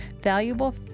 Valuable